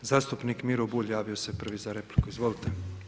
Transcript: Zastupnik Miro Bulj javio se prvi za repliku, izvolite.